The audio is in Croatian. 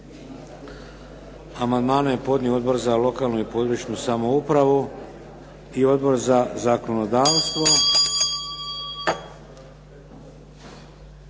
Amandmane je podnio Odbor za lokalnu i područnu samoupravu i Odbor za zakonodavstvo.